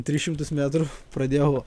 tris šimtus metrų pradėjau